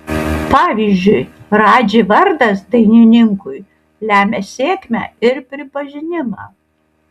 pavyzdžiui radži vardas dainininkui lemia sėkmę ir pripažinimą